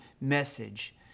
message